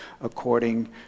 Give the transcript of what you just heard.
according